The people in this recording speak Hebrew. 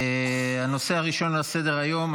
הנושא הראשון על סדר-היום,